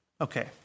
okay